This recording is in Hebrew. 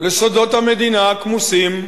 לסודות המדינה הכמוסים,